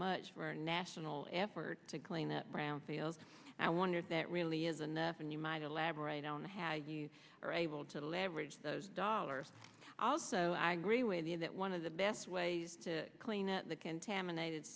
much for national effort to claim that brownfield i wonder if that really is enough and you might elaborate on how you are able to leverage those dollars also i agree with you that one of the best ways to clean up the contaminated